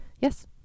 Yes